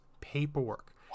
paperwork